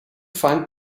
find